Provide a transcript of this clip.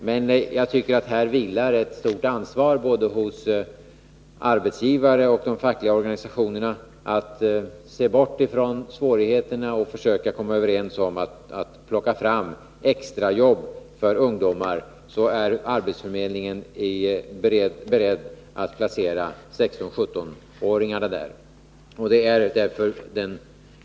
Men jag tycker att det vilar ett stort ansvar här hos både arbetsgivarna och de fackliga organisationerna att se bort från svårigheterna och försöka komma överens om att plocka fram extrajobb för ungdomar. I så fall är arbetsförmedlingen beredd att placera 16—17-åringarna där.